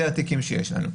אלה התיקים שיש לנו.